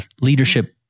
leadership